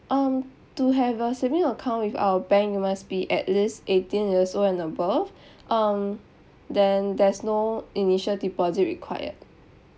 um to have a saving account with our bank you must be at least eighteen years old and above um then there's no initial deposit required